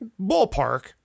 ballpark